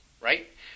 right